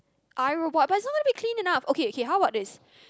iRobot but it's not gonna be clean enough okay okay how about this